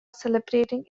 celebrating